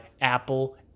apple